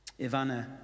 Ivana